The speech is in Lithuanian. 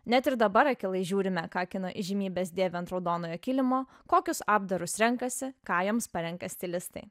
net ir dabar akylai žiūrime ką kino įžymybės dėvi ant raudonojo kilimo kokius apdarus renkasi ką jiems parenka stilistai